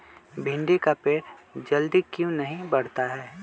भिंडी का पेड़ जल्दी क्यों नहीं बढ़ता हैं?